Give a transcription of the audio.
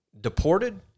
Deported